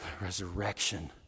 Resurrection